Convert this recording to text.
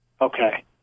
Okay